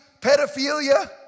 pedophilia